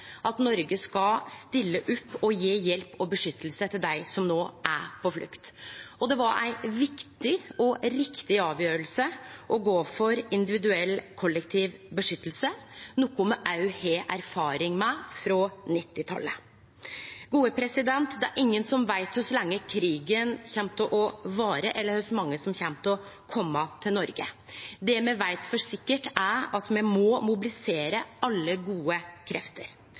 at Noreg skal stille opp og gje hjelp til og beskyttelse for dei som no er på flukt. Det var ei viktig og riktig avgjerd å gå for individuell, kollektiv beskyttelse – noko me òg har erfaring med frå 1990-talet. Det er ingen som veit kor lenge krigen kjem til å vare, eller kor mange som kjem til å kome til Noreg. Det me veit for sikkert, er at me må mobilisere alle gode krefter.